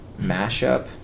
mashup